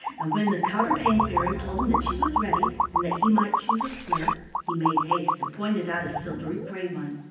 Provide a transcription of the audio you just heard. and when the counterpane fairy told him that she was ready and that he might choose a square, he made haste and pointed out a silvery gray one.